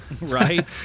Right